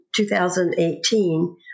2018